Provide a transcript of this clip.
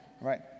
right